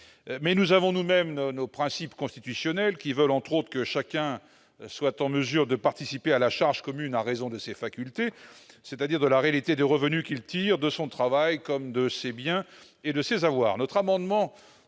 Mais nous avons nous-mêmes nos principes constitutionnels, selon lesquels, notamment, chacun doit être en mesure de participer à la charge commune à raison de ses facultés, c'est-à-dire de la réalité des revenus qu'il tire de son travail comme de ses biens et de ses avoirs.